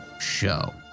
show